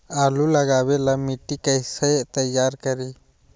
आलु लगावे ला मिट्टी कैसे तैयार करी?